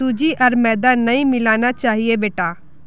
सूजी आर मैदा नई मिलाना चाहिए बेटा